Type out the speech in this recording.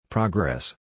Progress